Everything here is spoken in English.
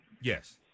Yes